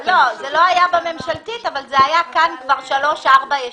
זה לא היה בממשלתית אבל זה היה כאן כבר שלוש-ארבע ישיבות.